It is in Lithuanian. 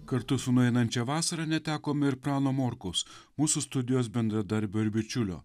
kartu su nueinančia vasara netekome ir prano morkaus mūsų studijos bendradarbio ir bičiulio